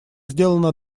сделано